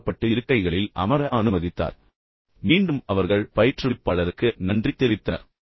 பயிற்றுவிப்பாளர் அவர்களை தங்கள் இருக்கைகளில் அமர அனுமதித்தார் மீண்டும் அவர்கள் பயிற்றுவிப்பாளருக்கு நன்றி தெரிவித்தனர்